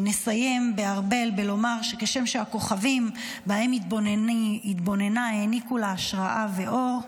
נסיים בארבל ונאמר שכשם שהכוכבים שבהם התבוננה העניקו לה השראה ואור,